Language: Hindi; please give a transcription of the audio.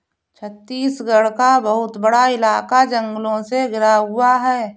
छत्तीसगढ़ का बहुत बड़ा इलाका जंगलों से घिरा हुआ है